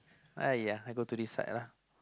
!aiya! I go to this side lah